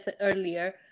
earlier